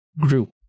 group